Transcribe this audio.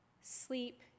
Sleep